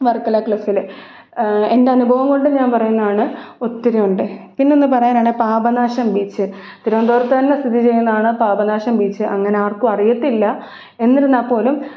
വർക്കല ക്ലിഫിൽ എന്റെയനുഭവം കൊണ്ട് ഞാൻ പറയുന്നതാണ് ഒത്തിരിയുണ്ട് പിന്നെയൊന്ന് പറയാനാണെങ്കിൽ പാപനാശൻ ബീച്ച് തിരുവനന്തപുരത്ത് തന്നെ സ്ഥിതിചെയ്യുന്നതാണ് പാപനാശം ബീച്ച് അങ്ങനെയാർക്കും അറിയത്തില്ല എന്നിരുന്നാൽപ്പോലും